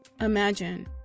Imagine